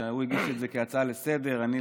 שהגיש את זה כהצעה לסדר-היום,